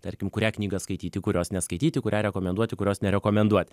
tarkim kurią knygą skaityti kurios neskaityti kurią rekomenduoti kurios nerekomenduoti